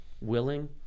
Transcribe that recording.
willing